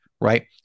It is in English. right